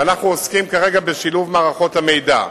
ואנחנו עוסקים כרגע בשילוב מערכות המידע.